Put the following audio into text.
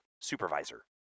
supervisor